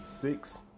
six